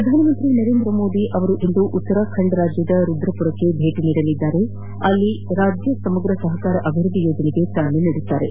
ಪ್ರಧಾನಮಂತ್ರಿ ನರೇಂದ್ರ ಮೋದಿ ಅವರಿಂದು ಉತ್ತರಾಖಂಡ್ನ ರುದ್ರಪುರಕ್ಕೆ ಭೇಟಿ ನೀಡಲಿದ್ದು ಅಲ್ಲಿ ರಾಜ್ಯ ಸಮಗ್ರ ಸಹಕಾರ ಅಭಿವೃದ್ದಿ ಯೋಜನೆಗೆ ಚಾಲನೆ ನೀಡಲಿದ್ದಾರೆ